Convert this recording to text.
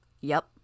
Yep